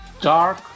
dark